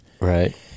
Right